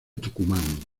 tucumán